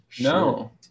no